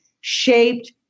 shaped